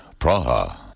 Praha